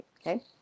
okay